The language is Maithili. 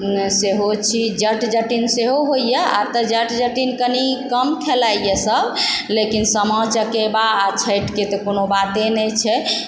सेहो छी जट जटिन सेहो होइए आब तऽ जट जटिन कनि कम खेलाइए सब लेकिन सामा चकेबा आओर छैठके तऽ कोनो बाते नहि छै